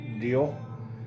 deal